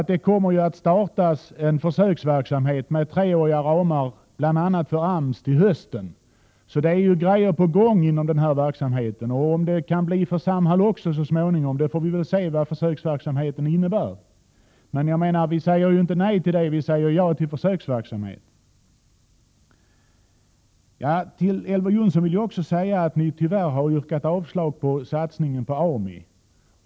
Det kommer att startas en försöksverksamhet till hösten med 3-åriga ramar bl.a. för AMS, så det är saker på gång. Om detta kan införas för Samhall så småningom får vi se när försöksverksamheten har genomförts. Vi socialdemokrater säger inte nej till det, utan vi säger ja till försöksverksamhet. Till Elver Jonsson vill jag också säga att ni tyvärr har yrkat avslag på satsningen på AMI.